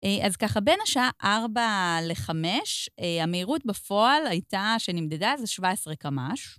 אז ככה, בין השעה 4 ל-5, המהירות בפועל הייתה שנמדדה איזה 17 קמ"ש.